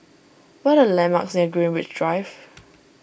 what are the landmarks near Greenwich Drive